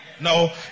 No